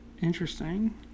Interesting